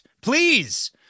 Please